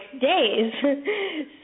days